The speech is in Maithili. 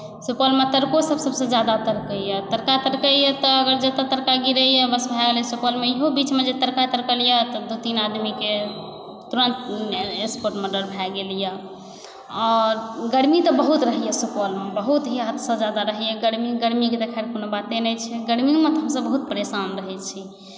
सुपौलमे तड़को सभसँ ज्यादा तड़कैेया तड़का तड़कैया तऽ जतऽ तड़का गिरैया बस भए गेलै सुपौलमे इहो बीचमे जे तड़का तड़कल यऽ तऽ दू तीन आदमीकेँ तुरन्त एस्पोट मर्डर भए गेल यऽ आओर गर्मी तऽ बहुत रहैए सुपौलमे बहुत ही हदसँ ज्यादा रहैए गर्मी गर्मीकेँ तऽ खैर कोनो बाते नहि छै गर्मीमे तऽ हमसब बहुत परेशान रहै छी